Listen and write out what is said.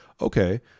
okay